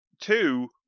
Two